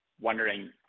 wondering